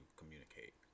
communicate